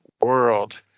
world